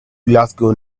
glasgow